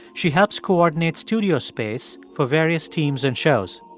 she helps coordinate studio space for various teams and shows.